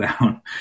down